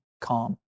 calm